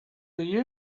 you